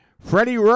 Freddie